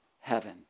heaven